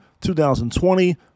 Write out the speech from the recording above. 2020